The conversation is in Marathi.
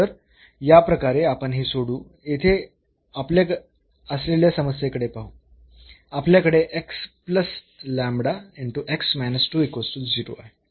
तर याप्रकारे आपण हे सोडवू येथे असलेल्या समस्येकडे पाहू